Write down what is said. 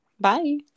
Bye